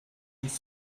teach